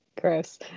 Gross